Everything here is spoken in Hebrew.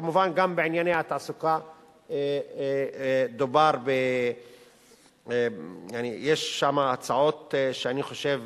כמובן גם בענייני התעסוקה יש שם הצעות שאני חושב